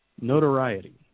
notoriety